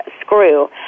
screw